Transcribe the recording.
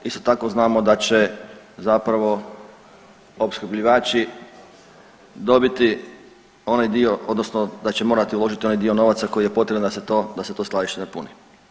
Isto tako znamo da će zapravo opskrbljivači dobiti onaj dio odnosno da će morati uložiti onaj dio novaca koji je potreban da se to, da se to skladište napuni.